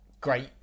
Great